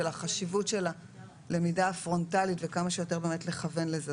החשיבות של הלמידה הפרונטלית וכמה שיותר באמת לכוון לזה,